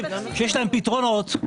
שיש להם פתרונות.